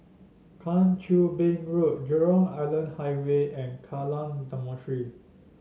Kang Choo Bin Road Jurong Island Highway and Kallang Dormitory